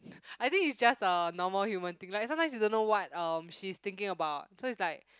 I think it's just a normal human thing like sometimes you don't know what um she's thinking about so is like